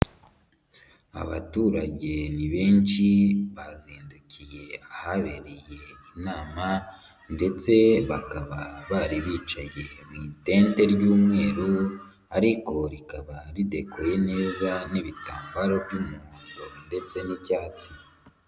Abaturage ni benshi bazindukiye ahabereye inama ndetse bakaba bari bicaye mu intete ry'umweru ariko rikaba ridekoye neza n'ibitambaro by'umuhondo ndetse n'ibyatsi.